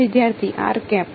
વિદ્યાર્થી r cap